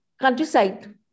countryside